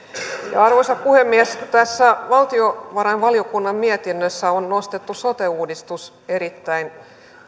arvoisa puhemies tässä valtiovarainvaliokunnan mietinnössä on nostettu sote uudistus erittäin